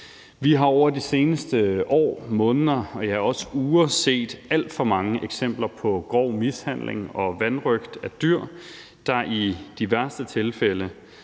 Vi har over de seneste år, måneder, ja, også uger set alt for mange eksempler på grov mishandling og vanrøgt af dyr, der i de værste tilfælde